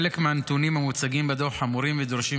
חלק מהנתונים המוצגים בדוח חמורים ודורשים